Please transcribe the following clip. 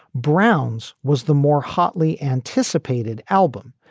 brown's was the more hotly anticipated album,